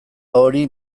hori